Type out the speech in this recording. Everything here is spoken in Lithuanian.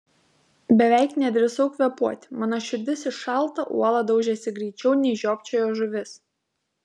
beveik nedrįsau kvėpuoti mano širdis į šaltą uolą daužėsi greičiau nei žiopčiojo žuvis